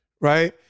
right